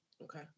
Okay